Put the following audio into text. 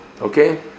Okay